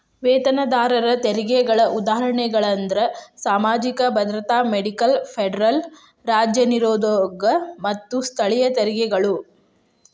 ವೇತನದಾರರ ತೆರಿಗೆಗಳ ಉದಾಹರಣೆಗಳಂದ್ರ ಸಾಮಾಜಿಕ ಭದ್ರತಾ ಮೆಡಿಕೇರ್ ಫೆಡರಲ್ ರಾಜ್ಯ ನಿರುದ್ಯೋಗ ಮತ್ತ ಸ್ಥಳೇಯ ತೆರಿಗೆಗಳು